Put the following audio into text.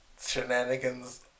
shenanigans